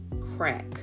crack